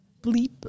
bleep